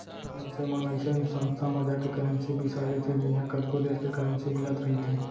मनसे मन अइसन संस्था म जाके करेंसी बिसा लेथे जिहॉं कतको देस के करेंसी मिलत रहिथे